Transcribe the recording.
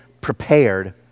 prepared